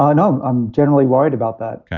um and um i'm generally worried about that.